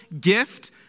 gift